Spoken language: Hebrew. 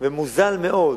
ומוזל מאוד,